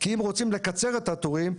אם רוצים לקצר את התורים,